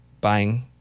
buying